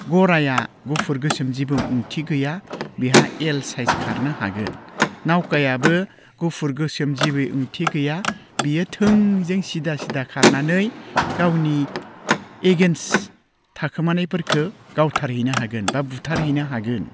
गराइया गुफुर गोसोम जेबो ओंथि गैया बेहा एल साइस खारनो हागोन नावखायाबो गुफुर गोसोम जेबो ओंथि गैया बियो थोंजों सिदा सिदा खारनानै गावनि एगेइन्स्त थाखोमानायफोरखो गावथारहैनो हागोन बा बुथारहैनो हागोन